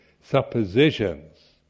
suppositions